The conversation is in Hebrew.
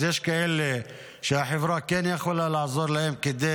אז יש כאלה שהחברה יכולה לעזור להם כדי